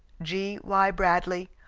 g. y. bradley,